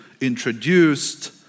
introduced